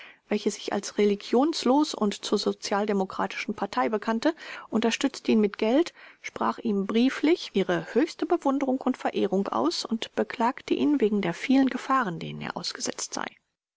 welche sich als religionslos und zur sozialdemokratischen partei bekannte unterstützte ihn mit geld sprach ihm brieflich ihre höchste bewunderung und verehrung aus und beklagte ihn wegen der vielen gefahren denen er ausgesetzt sei